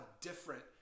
different